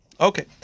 Okay